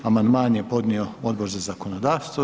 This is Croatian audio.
Amandman je podnio Odbor za zakonodavstvo.